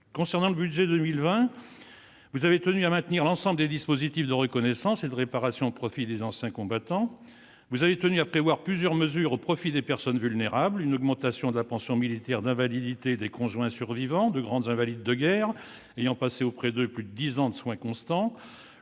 Concernant le budget pour 2020, vous avez tenu à maintenir l'ensemble des dispositifs de reconnaissance et de réparation au profit des anciens combattants. Vous avez tenu à prévoir plusieurs mesures au profit des personnes vulnérables : une augmentation de la pension militaire d'invalidité des conjoints survivants de grands invalides de guerre ayant passé auprès d'eux plus de dix ans de soins constants